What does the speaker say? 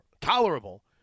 tolerable